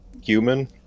human